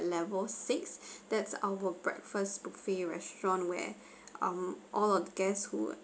level six that's our breakfast buffet restaurant where mm all of guests who